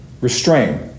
restrain